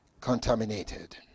contaminated